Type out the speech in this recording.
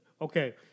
Okay